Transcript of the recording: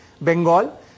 Bengal